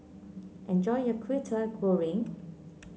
enjoy your Kwetiau Goreng